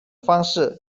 方式